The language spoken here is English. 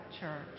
Church